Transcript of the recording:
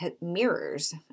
mirrors